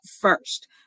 first